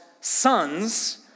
sons